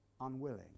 unwilling